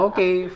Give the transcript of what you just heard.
Okay